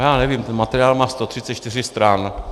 Já nevím, ten materiál má 134 stran.